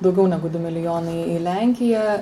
daugiau negu du milijonai į lenkiją